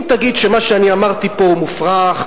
אם תגיד שמה שאני אמרתי פה הוא מופרך,